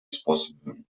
способами